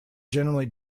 generally